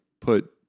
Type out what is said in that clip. put